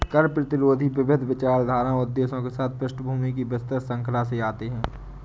कर प्रतिरोधी विविध विचारधाराओं उद्देश्यों के साथ पृष्ठभूमि की विस्तृत श्रृंखला से आते है